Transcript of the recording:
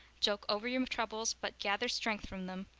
joke over your troubles but gather strength from them,